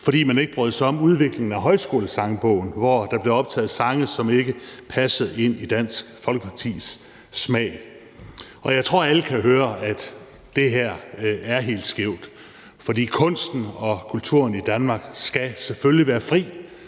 fordi man ikke brød sig om udviklingen af Højskolesangbogen, hvor der blev optaget sange, som ikke passede ind i Dansk Folkepartis smag. Jeg tror, at alle kan høre, at det her er helt skævt, for kunst og kultur i Danmark skal selvfølgelig være fri